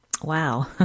Wow